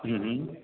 હમમ